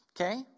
okay